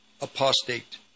apostate